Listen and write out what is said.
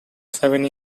seven